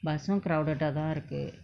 bus சும்:sum crowded ah தான் இருக்கு:thaan irukku